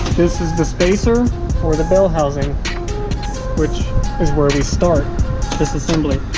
this is the spacer for the bell housing which is where we start this assembly.